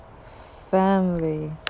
family